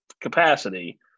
capacity